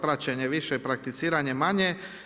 Praćenje više, prakticiranje manje.